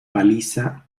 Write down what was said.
baliza